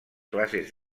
classes